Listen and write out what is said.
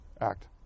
act